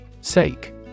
Sake